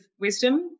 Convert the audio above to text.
wisdom